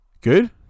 Good